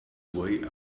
way